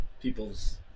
people's